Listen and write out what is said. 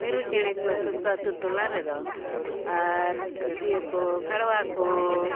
ᱢᱤᱨᱩ ᱪᱮᱬᱮ ᱠᱚ ᱥᱩᱨ ᱠᱚ ᱟᱛᱳ ᱴᱚᱞᱟ ᱨᱮᱫᱚ ᱟᱨ ᱤᱭᱟᱹ ᱠᱚ ᱜᱷᱟᱲᱣᱟ ᱠᱚ